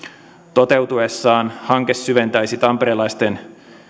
toteutuessaan hanke syventäisi tamperelaisten